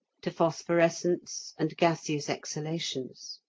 to phosphorescence and gaseous exhalations.